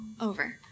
over